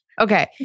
Okay